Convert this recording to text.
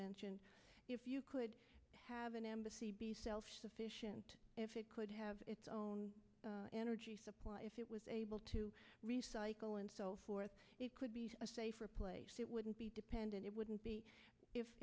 mansions if you could have an embassy be self sufficient if it could have its own energy supply if it was able to recycle and so forth it could be a safer place it wouldn't be dependent it wouldn't be